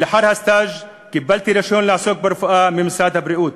ולאחר הסטאז' קיבלתי רישיון לעסוק ברפואה ממשרד הבריאות.